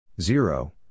zero